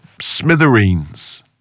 smithereens